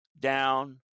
down